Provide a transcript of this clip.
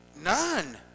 None